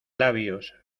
labios